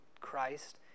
Christ